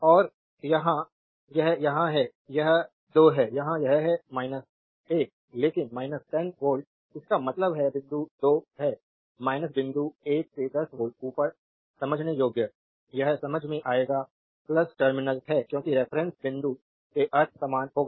और यहां यह यहां है यह 2 है यहां यह है 1 लेकिन 10 वोल्ट इसका मतलब है बिंदु 2 है बिंदु 1 से 10 वोल्ट ऊपर समझने योग्य यह समझ में आएगा टर्मिनल है क्योंकि रेफरेन्स बिंदु से अर्थ समान होगा